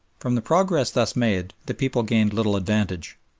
from the progress thus made the people gained little advantage.